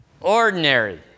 ordinary